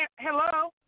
Hello